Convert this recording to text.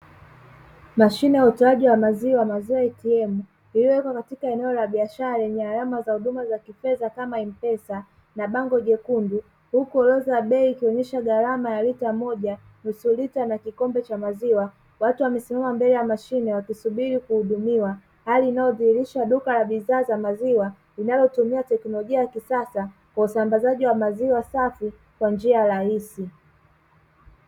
Mashine ya utoaji wa maziwa maziwa ya "ATM" iliyowekwa katika eneo la biashara, lenye alama za huduma za kifedha kama m-pesa, na bango jekundu ,huku orodha ya bei ikionyesha gharama ya lita moja, nusu lita na kikombe cha maziwa watu wamesimama mbela mashine wakisubiri kuhudumiwa. Hali inayodhihirisha duka la bidhaa za maziwa linalotumia teknolojia ya kisasa kwa usambazaji wa maziwa safi kwa njia rahisi.